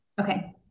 Okay